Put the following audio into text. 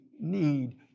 need